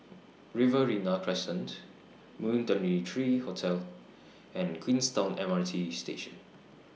Riverina Crescent Moon twenty three Hotel and Queenstown M R T Station